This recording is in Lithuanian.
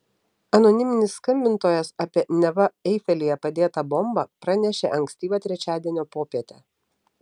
anoniminis skambintojas apie neva eifelyje padėtą bombą pranešė ankstyvą trečiadienio popietę